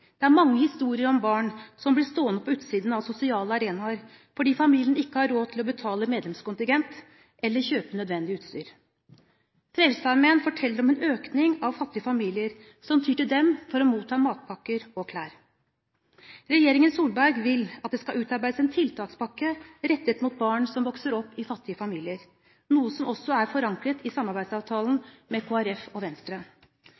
Det er mange historier om barn som blir stående på utsiden av sosiale arenaer fordi familien ikke har råd til å betale medlemskontingent eller kjøpe nødvendig utstyr. Frelsesarmeen forteller om en økning av fattige familier, som tyr til dem for å motta matpakker og klær. Regjeringen Solberg vil at det skal utarbeides en tiltakspakke rettet mot barn som vokser opp i fattige familier, noe som også er forankret i samarbeidsavtalen med Kristelig Folkeparti og Venstre.